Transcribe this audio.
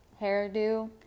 hairdo